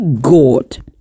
God